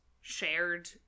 shared